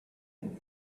and